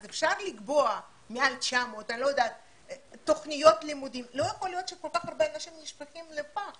אז אפשר לקבוע מעל 900 אבל לא יכול להיות שכל כך הרבה אנשים נשפכים לפח.